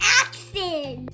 action